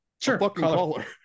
sure